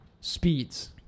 speeds